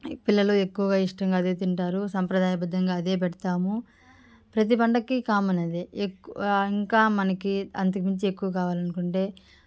ఈ పిల్లలు ఎక్కువుగా ఇష్టంగా అదే తింటారు సంప్రదాయబద్ధంగా అదే పెడతాము ప్రతి పండక్కి కామన్ అది ఎక్కు ఇంకా మనకి అంతకుమించి ఎక్కువ కావాలనుకుంటే